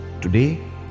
Today